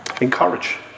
Encourage